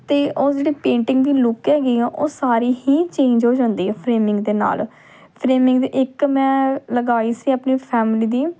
ਅਤੇ ਉਹ ਜਿਹੜੀ ਪੇਂਟਿੰਗ ਦੀ ਲੁੱਕ ਹੈਗੀ ਆ ਉਹ ਸਾਰੀ ਹੀ ਚੇਂਜ ਹੋ ਜਾਂਦੀ ਆ ਫਰੇਮਿੰਗ ਦੇ ਨਾਲ ਫਰੇਮਿੰਗ ਦੇ ਇੱਕ ਮੈਂ ਲਗਾਈ ਸੀ ਆਪਣੀ ਫੈਮਲੀ ਦੀ